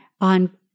on